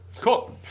Cool